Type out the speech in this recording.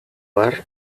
har